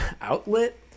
outlet